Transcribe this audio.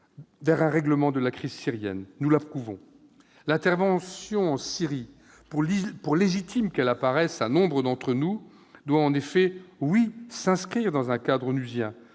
vers un règlement de la crise syrienne. Nous l'approuvons. L'intervention en Syrie, pour légitime qu'elle apparaisse à nombre d'entre nous, doit en effet s'inscrire dans un cadre onusien.